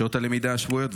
בשעות הלמידה השבועיות,